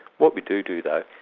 what we do do though,